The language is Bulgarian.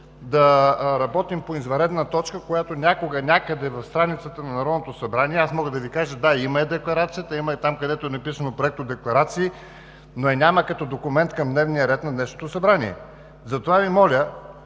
да работим по извънредна точка, която някога, някъде в страницата на Народното събрание, аз мога да Ви кажа – да, има я Декларацията, има я там, където е написано „Проектодекларации“, но я няма като документ към дневния ред на днешното събрание. Затова Ви моля,